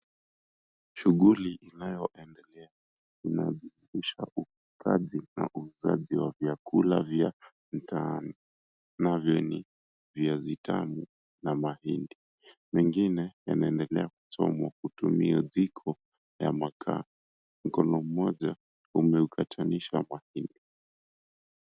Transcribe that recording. Shughuli inayoendelea inahusisha upikaji na uuzaji wa vyakula vya mtaani navyo ni viazi tamu na mahindi. Mengine yanaendelea kuchomwa kutumia jiko ya makaa. Mkono mmoja umeukatanisha mahindi.